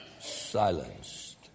silenced